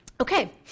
Okay